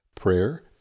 prayer